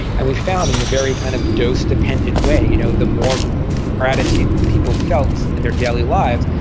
and we found in a very kind of dose-dependent way you know the more gratitude people felt in their daily lives,